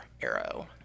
Arrow